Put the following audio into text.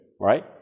right